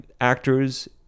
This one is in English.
actors